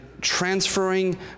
transferring